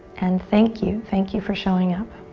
and thank you, thank you for showing up.